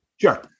Sure